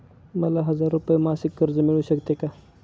मला हजार रुपये मासिक कर्ज मिळू शकते का?